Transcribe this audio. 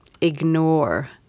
ignore